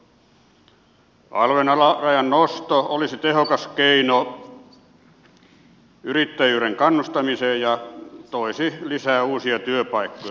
alvn alarajan nosto olisi tehokas keino yrittäjyyden kannustamiseen ja toisi lisää uusia työpaikkoja